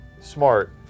smart